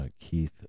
Keith